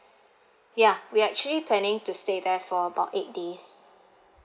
ya we actually planning to stay there for about eight days